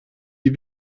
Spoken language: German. die